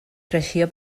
creixia